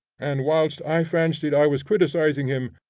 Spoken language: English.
and whilst i fancied i was criticising him,